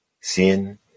Sin